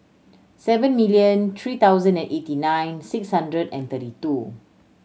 seven million three thousand and eighty nine six hundred and thirty two